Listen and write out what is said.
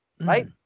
Right